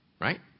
right